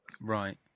Right